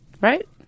Right